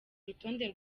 urutonde